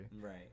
Right